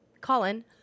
colin